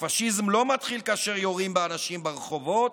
"הפשיזם לא מתחיל כאשר יורים באנשים ברחובות,